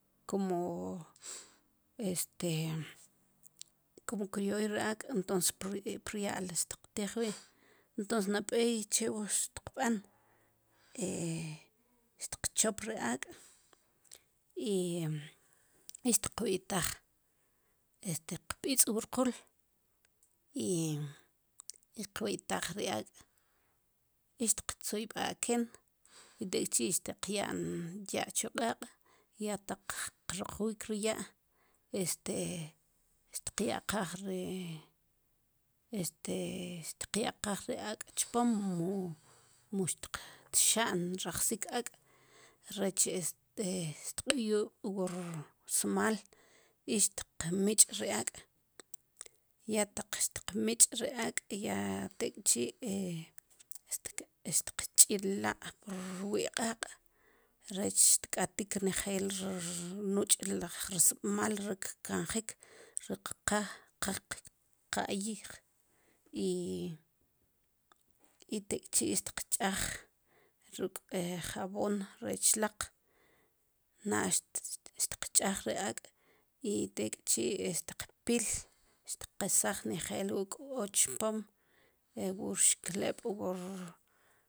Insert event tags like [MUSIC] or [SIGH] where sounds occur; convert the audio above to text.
Kumo este como crioy ri ak' entons prya'l tiqtij wi entons nab'ey chi wu xtikb'an [HESITATION] xtikchop ri ak' i xtiqwitaaj este tqb'itz' wu rqul i tqwitaj ri ak' i tqtzuyb'aken tek'chi te qya'n ya' chu q'aq' ya taq krroqwik ri ya' este xtqyaqaj ri este xtqyaqaj ri ak' chpom mu xtqtxa'n rajsik ak' rech este tq'il lo wu rsmaal i xtqmich' ri ak' ya taq xtqmich' ri ak' tek'chi xtiqch'illa' prwi' q'aq' rech tk'atik nejel rir rnuch' laj smaal ri kkanjik ri qa qka'yij i tek'chi tikch'aj ruk' jabon rech laq na'l tqch'aj ri ak' i tek'chi tiq pil tqkesaj njeel wu k'o chpom wu rxkleb' ruk' wu rr